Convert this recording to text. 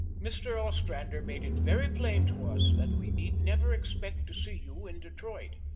mr. ostrander made it very plain to us that we need never expect to see you in detroit.